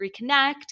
reconnect